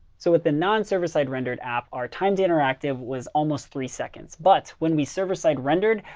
so with the non-service-side rendered app our timed interactive was almost three seconds. but when we server-side rendered,